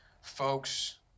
folks